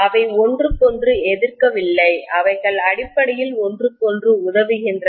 அவை ஒன்றுக்கொன்று எதிர்க்கவில்லை அவைகள் அடிப்படையில் ஒன்றுக்கொன்று உதவுகின்றன